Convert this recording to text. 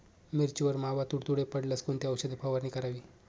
मिरचीवर मावा, तुडतुडे पडल्यास कोणती औषध फवारणी करावी?